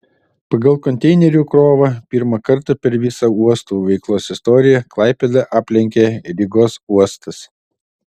pagal konteinerių krovą pirmą kartą per visa uostų veiklos istoriją klaipėdą aplenkė rygos uostas